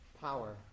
power